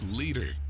leader